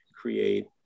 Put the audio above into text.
create